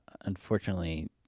Unfortunately